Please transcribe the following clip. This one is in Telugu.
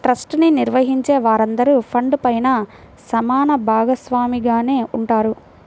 ట్రస్ట్ ని నిర్వహించే వారందరూ ఫండ్ పైన సమాన భాగస్వామిగానే ఉంటారు